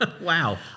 Wow